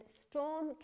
storm